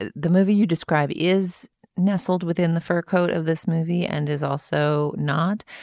ah the movie you describe is nestled within the fur coat of this movie and is also not.